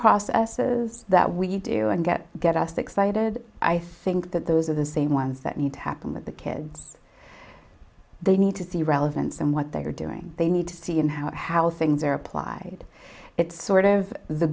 processes that we do and get get us excited i think that those are the same ones that need to happen with the kids they need to see relevance in what they're doing they need to you know how things are applied it's sort of the